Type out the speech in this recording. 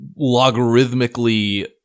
logarithmically